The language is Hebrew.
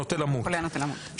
הנוטה למות.